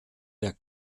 der